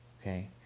okay